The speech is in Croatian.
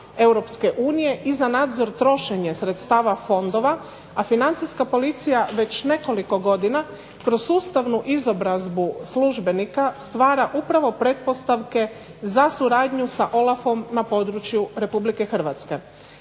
Europske unije i za nadzor trošenja sredstava fondova, a Financijska policija već nekoliko godina kroz sustavnu izobrazbu službenika stvara upravo pretpostavke za suradnju sa OLAF-om na području Republike Hrvatske.